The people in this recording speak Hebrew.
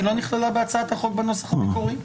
היא לא נכללה בהצעת החוק בנוסח המקורי.